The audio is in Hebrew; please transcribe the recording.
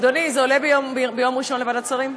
אדוני, זה עולה ביום ראשון לוועדת שרים?